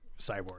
cyborg